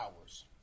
hours